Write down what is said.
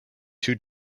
two